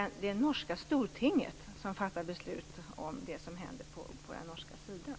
ju det norska Stortinget som fattar beslut om det som händer på den norska sidan.